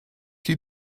die